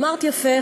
אמרת יפה,